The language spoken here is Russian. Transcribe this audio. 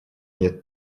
нет